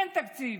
אין תקציב.